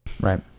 Right